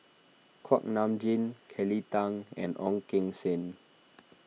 Kuak Nam Jin Kelly Tang and Ong Keng Sen